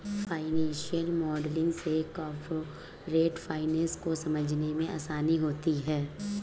financial modelling से corporate finance को समझने में आसानी होती है